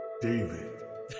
David